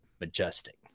majestic